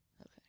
Okay